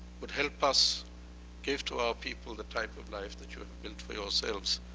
would help us give to our people the type of life that you had built for yourselves,